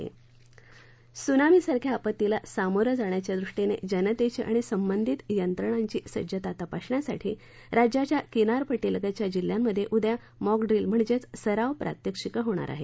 त्सुनामीसारख्या आपत्तीला सामोरं जाण्याच्या दृष्टीनं जनतेची आणि संबंधित यंत्रणांची सज्जता तपासण्यासाठी राज्याच्या किनारपट्टीलगतच्या जिल्ह्यांमध्ये उद्या मॉकडूिल्स म्हणजे सराव प्रात्यक्षिक होणार आहेत